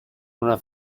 una